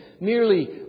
merely